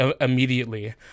immediately